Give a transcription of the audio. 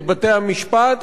את בתי-המשפט,